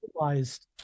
realized